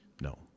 No